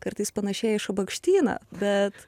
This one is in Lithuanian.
kartais panašėja į šabakštyną bet